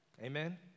Amen